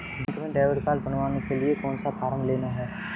Bank में debit card बनवाने के लिए कौन सा फॉर्म लेना है?